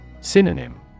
Synonym